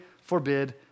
forbid